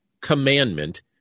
commandment